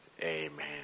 Amen